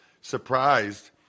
surprised